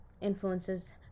influences